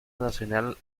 nacional